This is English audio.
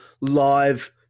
live